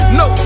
no